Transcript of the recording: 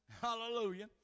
Hallelujah